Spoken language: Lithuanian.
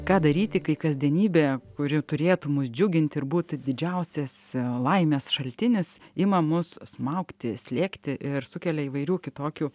ką daryti kai kasdienybė kuri turėtų mus džiugint ir būt didžiausias laimės šaltinis ima mus smaugti slėgti ir sukelia įvairių kitokių